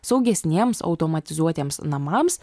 saugesniems automatizuotiems namams